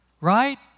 Right